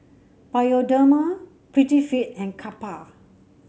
Bioderma Prettyfit and Kappa